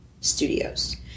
studios